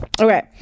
Okay